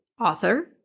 author